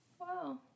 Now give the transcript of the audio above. Wow